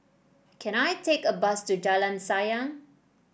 can I take a bus to Jalan Sayang